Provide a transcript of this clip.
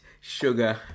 sugar